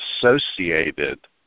associated